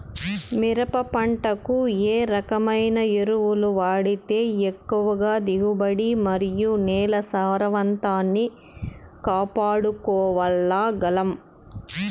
మిరప పంట కు ఏ రకమైన ఎరువులు వాడితే ఎక్కువగా దిగుబడి మరియు నేల సారవంతాన్ని కాపాడుకోవాల్ల గలం?